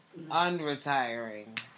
unretiring